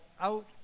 out